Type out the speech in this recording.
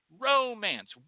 romance